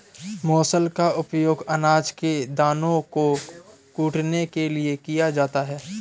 मूसल का प्रयोग अनाज के दानों को कूटने के लिए किया जाता है